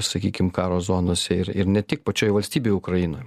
sakykim karo zonose ir ir ne tik pačioj valstybėj ukrainoj